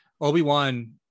Obi-Wan